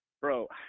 Bro